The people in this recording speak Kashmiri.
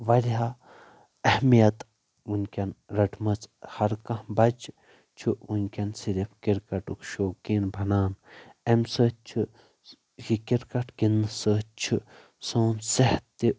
وارِیاہ اہمیت وٕنکیٚن رٔٹمٕژ ہر کانہہ بچہٕ چھُ وٕنکیٚن صِرف کِرکٹُک شوقیٖن بنان امہِ سۭتۍ چھُ یہِ کِرکٹ گندٕنہٕ سۭتۍ چھُ سون صحت تہِ